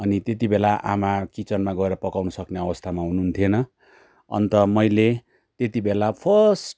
अनि त्यति बेला आमा किचनमा गएर पकाउनु सक्ने अवस्थामा हुनुहुन्थेन अन्त मैले त्यति बेला फर्स्ट